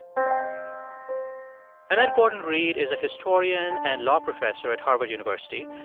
um annette gordon-reed is a historian and law professor at harvard university.